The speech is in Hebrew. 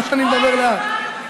לא שאני מדבר לאט.